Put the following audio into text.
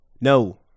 No